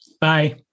Bye